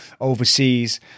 overseas